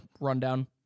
rundown